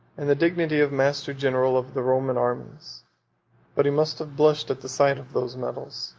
and the dignity of master-general of the roman armies but he must have blushed at the sight of those medals,